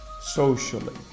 socially